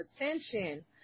attention